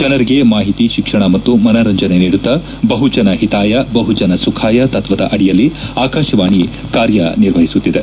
ಜನರಿಗೆ ಮಾಹಿತಿ ಶಿಕ್ಷಣ ಮತ್ತು ಮನರಂಜನೆ ನೀಡುತ್ತಾ ಬಹುಜನ ಹಿತಾಯ ಬಹುಜನ ಸುಖಾಯ ತತ್ನದ ಅಡಿಯಲ್ಲಿ ಆಕಾಶವಾಣಿ ಕಾರ್ಯ ನಿರ್ವಹಿಸುತ್ತಿದೆ